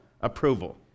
approval